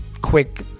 quick